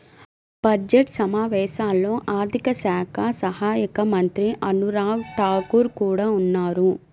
budget సమావేశాల్లో ఆర్థిక శాఖ సహాయక మంత్రి అనురాగ్ ఠాకూర్ కూడా ఉన్నారు